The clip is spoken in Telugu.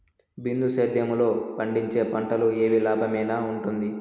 బిందు సేద్యము లో పండించే పంటలు ఏవి లాభమేనా వుంటుంది?